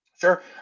Sure